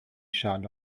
schale